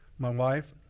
my wife,